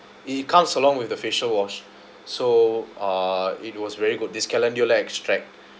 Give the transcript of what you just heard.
it comes along with the facial wash so uh it was very good this calendula extract